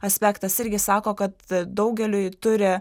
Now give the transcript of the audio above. aspektas irgi sako kad daugeliui turi